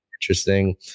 interesting